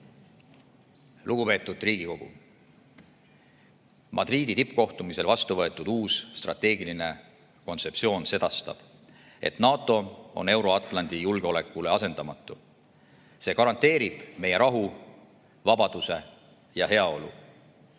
Lugupeetud Riigikogu! Madridi tippkohtumisel vastu võetud uus strateegiline kontseptsioon sedastab, et NATO on Euro-Atlandi julgeolekule asendamatu. See garanteerib meie rahu, vabaduse ja heaolu.